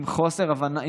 עם חוסר הבנה,